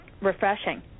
refreshing